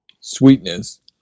sweetness